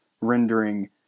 rendering